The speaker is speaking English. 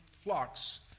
flocks